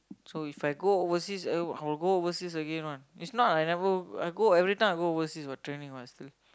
so If I go overseas uh I will go overseas again [one] is not I never I go everytime I go overseas for training [what] still